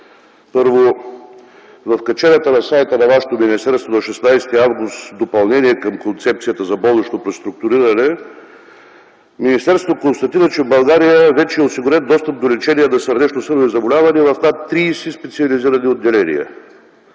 Първо, в каченото на сайта на вашето министерство на 16 август 2010 г. допълнение към Концепцията за болнично преструктуриране се констатира, че в България вече е осигурен достъп до лечение на сърдечно-съдови заболявания в над 30 специализирани отделения